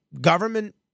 government